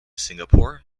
singapore